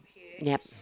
yep